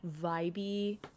vibey